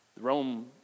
rome